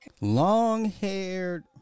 long-haired